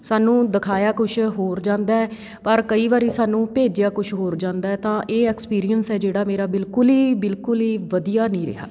ਸਾਨੂੰ ਦਿਖਾਇਆ ਕੁਛ ਹੋਰ ਜਾਂਦਾ ਪਰ ਕਈ ਵਾਰ ਸਾਨੂੰ ਭੇਜਿਆ ਕੁਛ ਹੋਰ ਜਾਂਦਾ ਤਾਂ ਇਹ ਐਕਸਪੀਰੀਅੰਸ ਹੈ ਜਿਹੜਾ ਮੇਰਾ ਬਿਲਕੁਲ ਹੀ ਬਿਲਕੁਲ ਹੀ ਵਧੀਆ ਨਹੀਂ ਰਿਹਾ